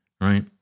right